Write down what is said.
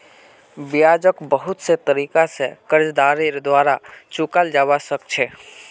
ब्याजको बहुत से तरीका स कर्जदारेर द्वारा चुकाल जबा सक छ